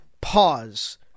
Pause